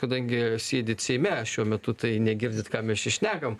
kadangi sėdit seime šiuo metu tai negirdit ką mes čia šnekam